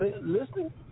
Listen